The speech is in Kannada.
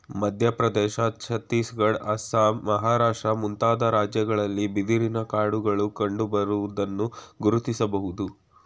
ಮಧ್ಯಪ್ರದೇಶ, ಛತ್ತೀಸ್ಗಡ, ಅಸ್ಸಾಂ, ಮಹಾರಾಷ್ಟ್ರ ಮುಂತಾದ ರಾಜ್ಯಗಳಲ್ಲಿ ಬಿದಿರಿನ ಕಾಡುಗಳು ಕಂಡುಬರುವುದನ್ನು ಗುರುತಿಸಬೋದು